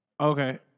Okay